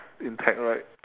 intact right